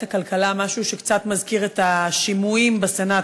הכלכלה משהו שקצת מזכיר את השימועים בסנאט,